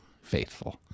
faithful